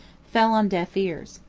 fell on deaf ears.